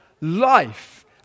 life